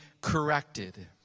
corrected